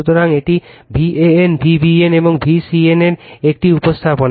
সুতরাং এটি VAN VBN এবং VCN এর একটি উপস্থাপনা